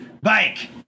Bike